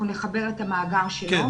אנחנו נחבר את המאגר שלו.